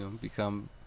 become